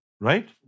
Right